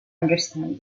understand